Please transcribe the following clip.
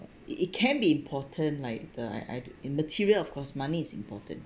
it it can be important like the I I in material of course money is important